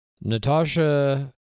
Natasha